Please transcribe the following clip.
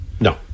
No